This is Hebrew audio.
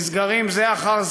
נסגרים זה אחר זה,